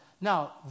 Now